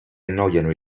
annoiano